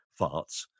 farts